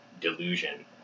delusion